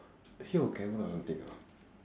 here got camera or something or not